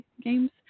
Games